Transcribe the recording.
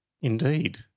Indeed